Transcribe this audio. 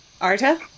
Arta